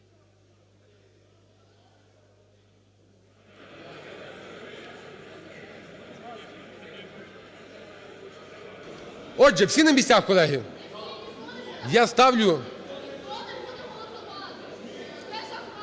Отже, всі на місцях, колеги? Я ставлю…